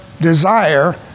desire